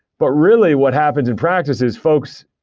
but really what happens in practice is folks,